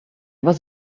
was